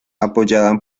apoyada